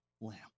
lamb